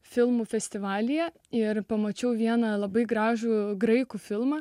filmų festivalyje ir pamačiau vieną labai gražų graikų filmą